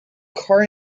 car